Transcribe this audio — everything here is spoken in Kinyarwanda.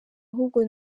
ahubwo